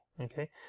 okay